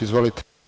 Izvolite.